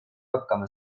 hakkama